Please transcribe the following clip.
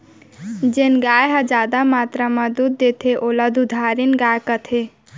जेन गाय ह जादा मातरा म दूद देथे ओला दुधारिन गाय कथें